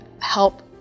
help